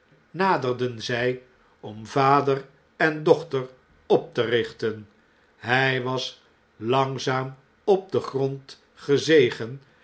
naderden zjj om vader en dochter op te richten hjj was langzaam op den grondgezegen